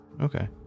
Okay